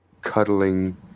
cuddling